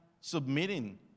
submitting